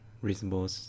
reasonable